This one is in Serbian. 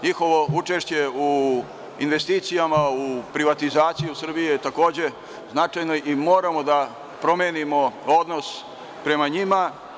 Njihovo učešće u investicijama, u privatizaciji Srbije takođe je značajna i moramo da primenimo odnos prema njima.